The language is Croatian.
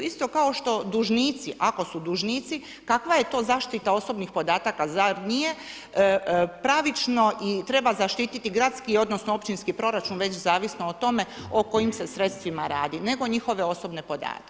Isto kao dužnici, ako su dužnici kakva je to zaštita osobnih podataka, zar nije pravično i treba zaštititi gradski odnosno općinski proračun već zavisno o tome o kojim se sredstvima radi nego njihove osobne podatke.